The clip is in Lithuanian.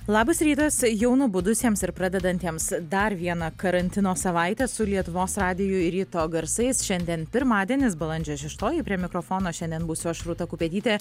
labas rytas jau nubudusiems ir pradedantiems dar vieną karantino savaitę su lietuvos radiju ir ryto garsais šiandien pirmadienis balandžio šeštoji prie mikrofono šiandien būsiu aš rūta kupetytė